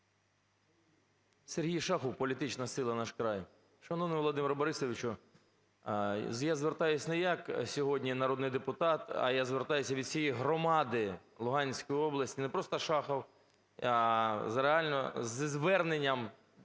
СергійШахов, політична сила "Наш край". Шановний Володимире Борисовичу, я звертаюсь не як сьогодні народний депутат, а я звертаюсь від усієї громади Луганської області, не просто Шахов, а реально зі зверненням